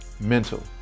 mental